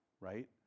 right